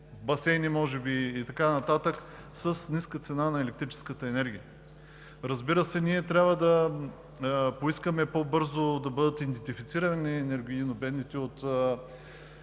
басейни може би и така нататък, с ниска цена на електрическата енергия. Разбира се, ние трябва да поискаме по-бързо да бъдат идентифицирани енергийно бедните от